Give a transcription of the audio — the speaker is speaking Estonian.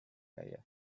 käia